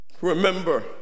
Remember